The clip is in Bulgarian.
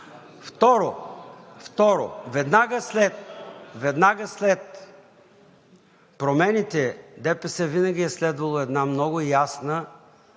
Второ, веднага след промените ДПС винаги е следвало една много ясна